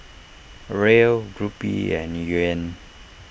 Riel Rupee and Yuan